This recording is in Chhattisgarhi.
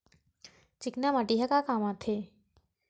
चिकना माटी ह का काम आथे?